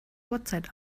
uhrzeit